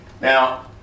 Now